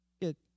Get